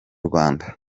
rwanda